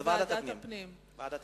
לוועדת הפנים.